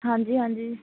ਹਾਂਜੀ ਹਾਂਜੀ